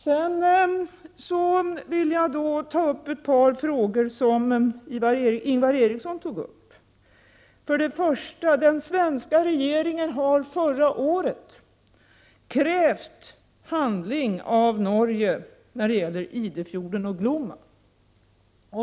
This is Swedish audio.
Sedan vill jag ta upp ett par frågor som Ingvar Eriksson berörde. Den svenska regeringen har förra året krävt handling av den norska när det gäller Idefjorden och Glomma.